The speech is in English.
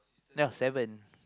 ya seven